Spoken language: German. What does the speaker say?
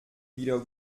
wieder